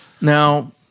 Now